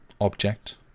object